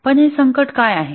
पण हे संकट काय आहे